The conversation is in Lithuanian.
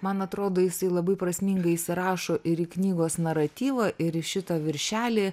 man atrodo jisai labai prasmingai įsirašo ir į knygos naratyvą ir į šitą viršelį